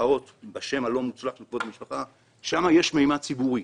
השם הלא מוצלח של כבוד המשפחה, שם יש ממד ציבורי.